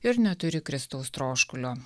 ir neturi kristaus troškulio